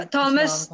Thomas